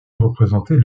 représenter